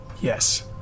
Yes